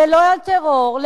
ללא טרור,